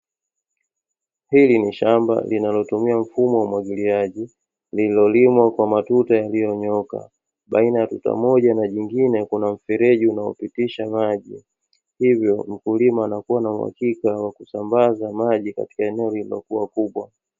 Hili ni shamba linalotumia mfumo wa umwagiliaji lililolimwa kwa matuta yaliyonyooka, baina ya tuta moja na jingine kuna mfereji unaopitisha maji, hivyo mkulima anakua na uhakika wa kusambaza maji katika eneo lililokua kubwa.